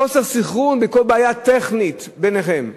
חוסר סנכרון וכל בעיה טכנית ביניכם.